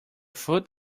foot